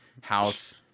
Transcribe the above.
house